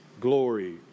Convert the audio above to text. glory